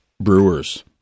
brewers